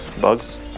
Bugs